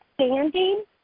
standing